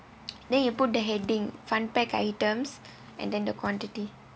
then you put the heading fun pack items and then the quantity